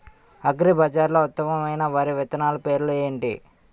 అగ్రిబజార్లో ఉత్తమమైన వరి విత్తనాలు పేర్లు ఏంటి?